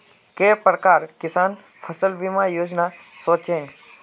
के प्रकार किसान फसल बीमा योजना सोचें?